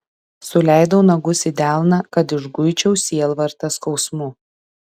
suleidau nagus į delną kad išguičiau sielvartą skausmu